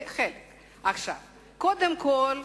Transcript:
קודם כול,